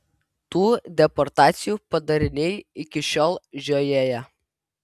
tų deportacijų padariniai iki šiol žiojėja